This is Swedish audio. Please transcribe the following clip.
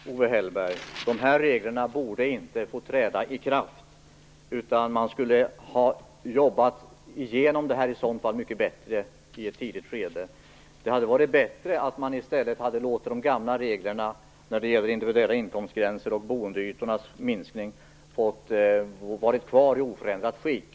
Herr talman! Vi är helt överens, Owe Hellberg. Dessa regler borde inte få träda i kraft. Man skulle ha jobbat igenom förslaget mycket bättre i ett tidigt skede. Det hade varit bättre om man i stället hade låtit de gamla reglerna när det gäller individuella inkomstgränser och boendeytornas minskning vara kvar i oförändrat skick.